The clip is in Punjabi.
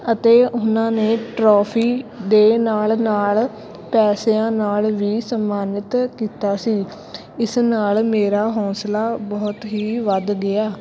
ਅਤੇ ਉਨਾਂ ਨੇ ਟਰੋਫੀ ਦੇ ਨਾਲ਼ ਨਾਲ਼ ਪੈਸਿਆਂ ਨਾਲ਼ ਵੀ ਸਨਮਾਨਿਤ ਕੀਤਾ ਸੀ ਇਸ ਨਾਲ਼ ਮੇਰਾ ਹੌਂਸਲਾ ਬਹੁਤ ਹੀ ਵੱਧ ਗਿਆ